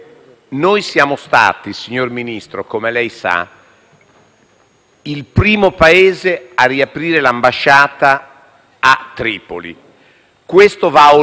il primo Paese a riaprire l'ambasciata a Tripoli. Questo va a onore dell'Italia e della nostra diplomazia.